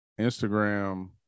Instagram